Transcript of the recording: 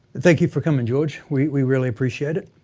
thank you for coming, george. we really appreciate it.